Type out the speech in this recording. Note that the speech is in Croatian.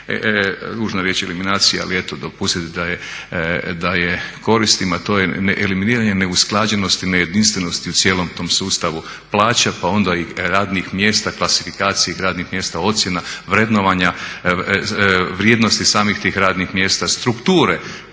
je reći eliminacija ali eto dopustite da je koristim, a to je eliminiranje neusklađenosti, nejedinstvenosti u cijelom tom sustavu plaća pa onda i radnih mjesta, klasifikacije i radnih mjesta ocjena, vrednovanja, vrijednosti samih tih radnih mjesta, strukture.